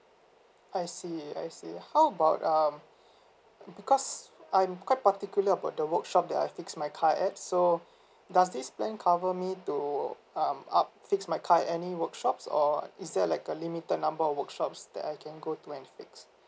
I see I see how about um because I'm quite particular about the workshop that I fix my car at so does this plan cover me to um up fix my card any workshops or is there like a limited number of workshops that I can go to and fix